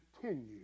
continue